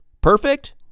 Perfect